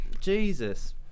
Jesus